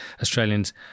Australians